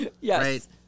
yes